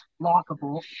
lockable